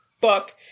fuck